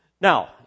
Now